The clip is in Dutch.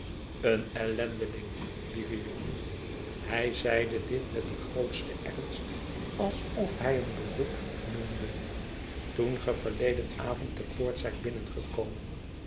een ellendeling lieve jongen hij zeide dit met den grootsten ernst alsof hij een beroep nbemde toen ge verleden avond de poort zijt binnengekomen